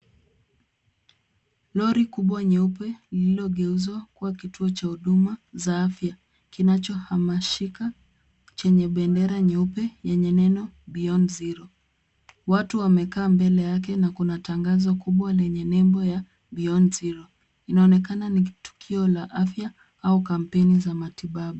Lori kubwa nyeupe, lililogeuzwa kuwa kituo cha huduma za afya, kinachohamashika, chenye bendera nyeupe, yenye neno, beyond zero . Watu wamekaa mbele yake, na kuna tangazo kubwa lenye nembo ya beyond zero , inaonekana ni ki, tukio la afya, au kampeni za matibabu.